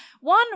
One